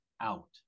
out